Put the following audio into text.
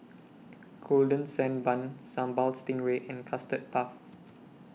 Golden Sand Bun Sambal Stingray and Custard Puff